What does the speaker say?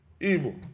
evil